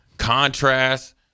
contrast